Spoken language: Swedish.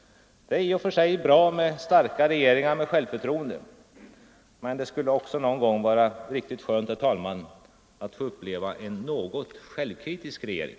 Det är i och för sig bra med starka regeringar som har självförtroende, men någon gång skulle det också vara riktigt skönt, herr talman, att få uppleva en något självkritisk regering.